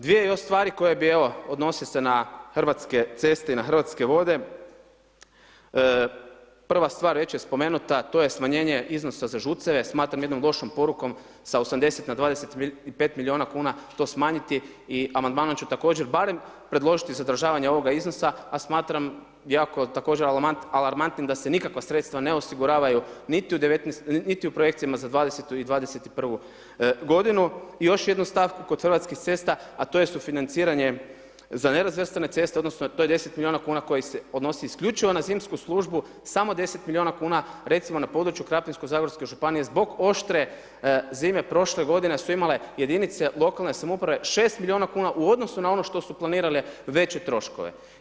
Dvije još stvari koje bi evo, odnosi se na Hrvatske ceste i na Hrvatske vode, prva stvar već je spomenuta, to je smanjenje iznosa za žuceve, smatram jednom lošom porukom sa 80 na 25 milijuna kn, to smanjiti i amandmanom ću također barem predložiti zadržavanje ovoga iznosa, a smatram također alarmantnim, da se nikakva sredstva ne osiguravaju niti u projekcijama za '20. i '21. g. I još jedna stvar kod Hrvatskih cesta, a to su financiranje za nerazvrstane cesta, odnosno, to je 10 milijuna kn, koji se odnosi isključivo na zimsku službu, samo 10 milijuna kn, recimo na području Krapinsko zagorske županije, zbog oštre zime, prošle g. su imale jedinice lokalne samouprave 6 milijuna kn, u odnosu na ono što su planirale veće troškove.